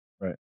right